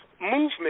movement